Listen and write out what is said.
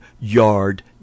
yard